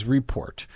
Report